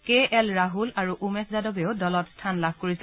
কে L Rahul আৰু উমেশ যাদৱেশু দলত স্থান লাভ কৰিছে